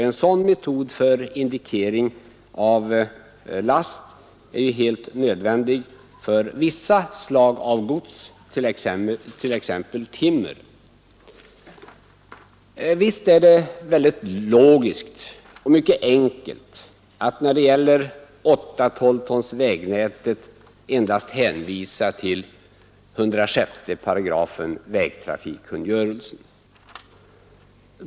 En sådan metod för indikering av last är helt nödvändig för vissa slag av gods, t.ex. timmer. Visst är det väldigt logiskt och mycket enkelt att när det gäller 8/12 tons vägnätet endast hänvisa till 106 § vägtrafikkungörelsen.